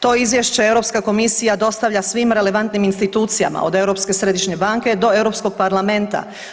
To izvješće Europska komisija dostavlja svim relevantnim institucijama od Europske središnje banke do Europskog parlamenta.